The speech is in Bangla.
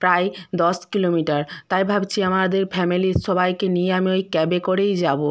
প্রায় দশ কিলোমিটার তাই ভাবছি আমাদের ফ্যামিলির সবাইকে নিয়ে আমি ওই ক্যাবে করেই যাবো